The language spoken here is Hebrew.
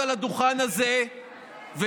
מתקבלת,